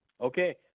Okay